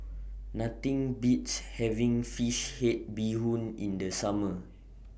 Nothing Beats having Fish Head Bee Hoon in The Summer